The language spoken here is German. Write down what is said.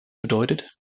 bedeutet